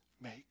make